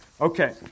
Okay